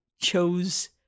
chose